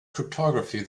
cryptography